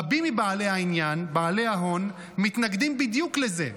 רבים מבעלי העניין, בעלי ההון, מתנגדים בדיוק לזה.